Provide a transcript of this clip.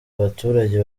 abaturage